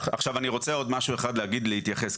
עכשיו אני רוצה עוד משהו אחד להגיד, להתייחס.